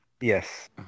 yes